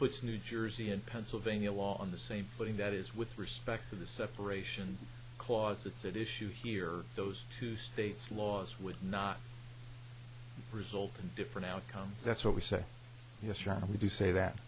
puts new jersey and pennsylvania law on the same footing that is with respect to the separation clause it's that issue here those two states laws would not result in different outcomes that's what we say yes your honor we do say that